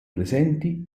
presenti